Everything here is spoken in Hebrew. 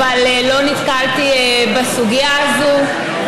אבל לא נתקלתי בסוגיה הזאת.